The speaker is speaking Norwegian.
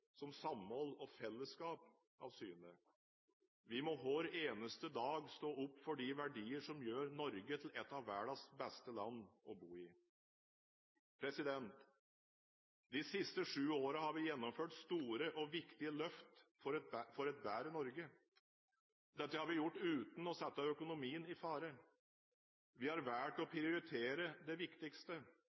som samhold og fellesskap av syne. Vi må hver eneste dag stå opp for de verdiene som gjør Norge til et av verdens beste land å bo i. De siste sju årene har vi gjennomført store og viktige løft for et bedre Norge. Dette har vi gjort uten å sette økonomien i fare. Vi har valgt å prioritere det viktigste.